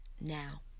now